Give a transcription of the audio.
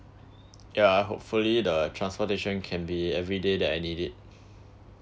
yeah hopefully the transportation can be every day that I need it